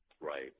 Right